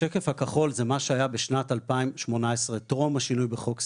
השקף הכחול זה מה שהיה בשנת 2018 טרום השינוי בחוק סיעוד.